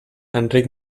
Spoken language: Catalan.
enric